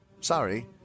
sorry